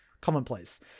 commonplace